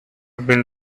been